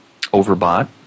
overbought